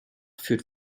führt